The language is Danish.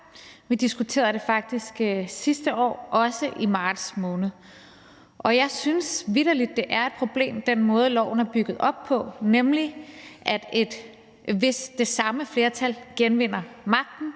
Vi diskuterede dem faktisk sidste år, også i marts måned. Og jeg synes vitterlig, at den måde, loven er bygget op på, er et problem, nemlig at hvis det samme flertal genvinder magten,